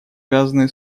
связаны